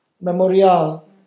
Memorial